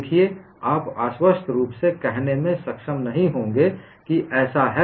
देखिये आप आश्वस्त रूप से कहने में सक्षम नहीं होंगे कि यह ऐसा है